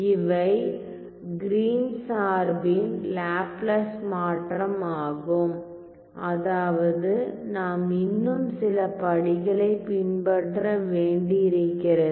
இவை Green Green's சார்பின் Laplace மாற்றம் ஆகும் அதாவது நாம் இன்னும் சில படிகளை பின்பற்ற வேண்டியிருக்கிறது